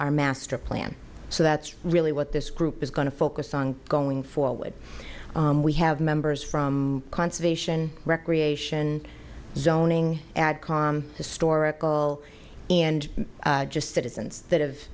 our master plan so that's really what this group is going to focus on going forward we have members from conservation recreation zoning and calm historical and just citizens that have